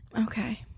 Okay